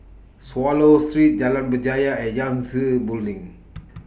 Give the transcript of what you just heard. Swallow Street Jalan Berjaya and Yangtze Building